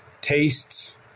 tastes